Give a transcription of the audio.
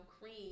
cream